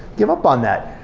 give up on that.